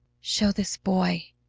show this boy.